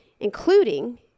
Including